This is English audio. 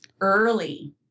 early